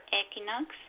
equinox